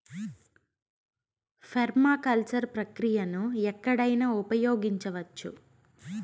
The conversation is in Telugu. పెర్మాకల్చర్ ప్రక్రియను ఎక్కడైనా ఉపయోగించవచ్చు